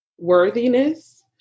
Worthiness